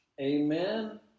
Amen